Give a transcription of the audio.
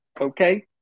Okay